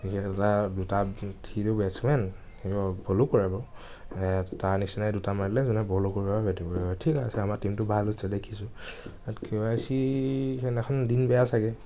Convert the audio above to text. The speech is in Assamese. ক্ৰিকেটাৰ দুটাৰ সিটো বেটচমেন বলো কৰে বাৰু তাৰ নিচিনাই দুটামান আনিলে যোনে বলো কৰিব পাৰে বেটিঙো কৰিব পাৰে ঠিক আছে আমাৰ টিমটো ভাল হৈছে দেখিছোঁ তাৰপিছত কে ৱাই চিৰ সেইদিনাখন দিন বেয়া চাগে